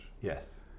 Yes